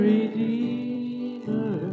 Redeemer